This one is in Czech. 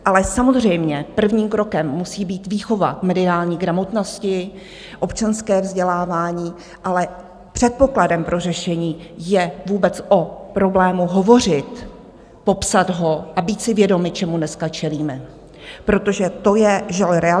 Ale samozřejmě prvním krokem musí být výchova k mediální gramotnosti, občanské vzdělávání, ale předpokladem pro řešení je vůbec o problému hovořit, popsat ho a být si vědomi, čemu dneska čelíme, protože to je realita.